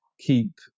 keep